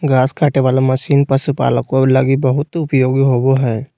घास काटे वाला मशीन पशुपालको लगी बहुत उपयोगी होबो हइ